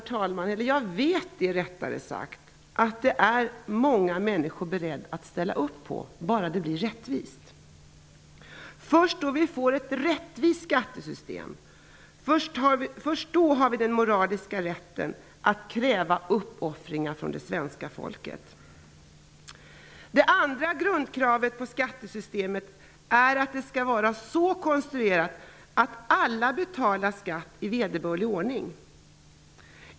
Jag vet att många människor är beredda att ställa upp på det, om det blir ett rättvist skattesystem. Först när vi får ett rättvist skattesystem har vi den moraliska rätten att kräva uppoffringar av det svenska folket. Det andra grundkravet på skattesystemet är att det skall vara konstruerat så att alla betalar skatt i vederbörlig ordning.